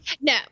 No